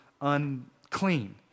unclean